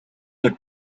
the